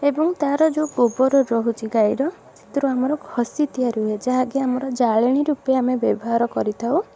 ଏବଂ ତା'ର ଯେଉଁ ଗୋବର ରହୁଛି ଗାଈର ସେଥିରୁ ଆମର ଘଷି ତିଆରି ହୁଏ ଯାହାକି ଆମର ଜାଳେଣୀ ରୁପେ ଆମେ ବ୍ୟବହାର କରିଥାଉ